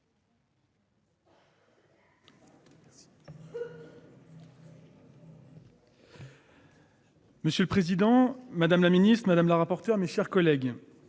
Monsieur le Président Madame la Ministre Madame la rapporteure, mes chers collègues.